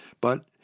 But—